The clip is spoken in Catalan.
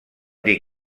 dir